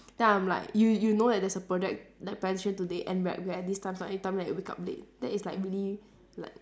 then I'm like you you know that there's a project like presentation today and we're we're at this time slot and you tell me that you wake up late then it's like really like